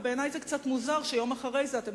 ובעיני זה קצת מוזר שיום אחרי זה אתם